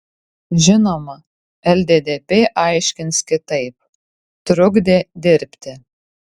žinoma lddp aiškins kitaip trukdė dirbti